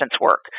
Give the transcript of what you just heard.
work